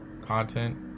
content